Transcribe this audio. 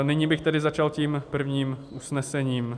Nyní bych tedy začal tím prvním usnesením.